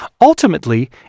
Ultimately